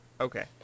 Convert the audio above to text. okay